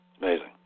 Amazing